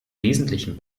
wesentlichen